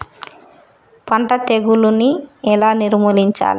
పంట తెగులుని ఎలా నిర్మూలించాలి?